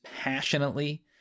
passionately